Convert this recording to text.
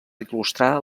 il·lustrar